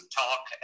talk